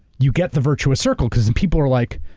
you get the virtuous circle cause then people are like,